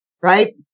Right